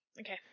Okay